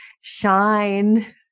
shine